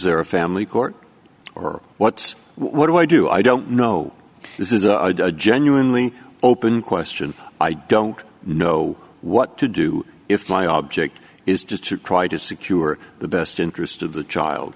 there a family court or what what do i do i don't know this is a genuinely open question i don't know what to do if my object is just to try to secure the best interest of the child